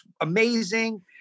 amazing